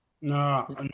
No